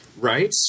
Right